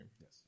Yes